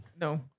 No